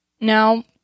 Now